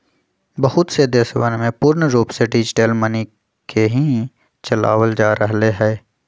बहुत से देशवन में पूर्ण रूप से डिजिटल मनी के ही चलावल जा रहले है